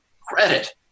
credit